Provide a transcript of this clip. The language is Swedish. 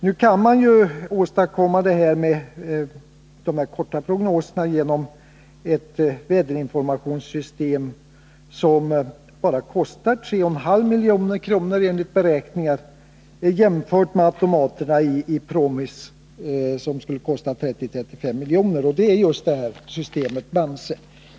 Men sådana kan man åstadkomma genom ett väderinformationssystem som, enligt beräkningar, bara kostar 3,5 milj.kr., jämfört med automaterna i PROMIS 90 som skulle kosta 30-35 milj.kr., och det är just systemet BAMSE.